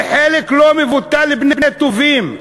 וחלק לא מבוטל מהם בני טובים,